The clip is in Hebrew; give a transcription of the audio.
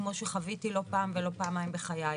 כמו שחוויתי לא פעם ולא פעמיים בחיי.